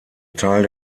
teil